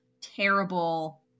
terrible